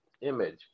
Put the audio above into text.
image